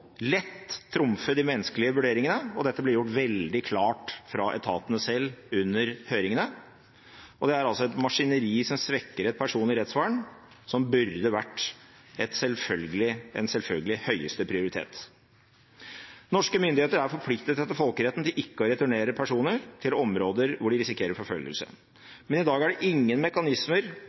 lett trumfe de menneskelige vurderingene – og dette blir gjort veldig klart fra etatene selv under høringene – og det er altså et maskineri som svekker et personlig rettsvern som burde hatt en selvfølgelig høyeste prioritet. Norske myndigheter er forpliktet etter folkeretten til ikke å returnere personer til områder hvor de risikerer forfølgelse, men i dag er det ingen mekanismer